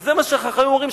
וזה מה שחכמים אומרים,